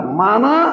mana